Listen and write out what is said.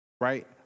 right